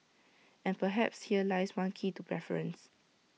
and perhaps here lies one key to preference